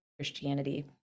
christianity